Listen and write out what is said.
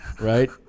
Right